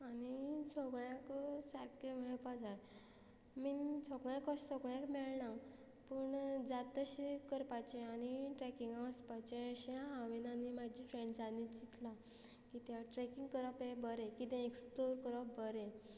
आनी सगळ्याक सारकें मेळपा जाय मेन सगळ्याक अशें सगळ्याक मेळणा पूण जात तशें करपाचें आनी ट्रॅकिंगां वचपाचें अशें हांवेंन आनी म्हाजी फ्रेंड्सांनी चिंतला किद्या ट्रॅकींग करप हें बरें कितें एक्सप्लोर करप बरें